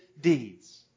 deeds